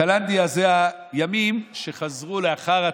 קלנדא זה הימים שחזרו לאחר התקופה.